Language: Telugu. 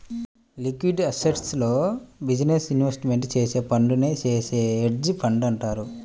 లిక్విడ్ అసెట్స్లో బిజినెస్ ఇన్వెస్ట్మెంట్ చేసే ఫండునే చేసే హెడ్జ్ ఫండ్ అంటారు